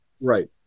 Right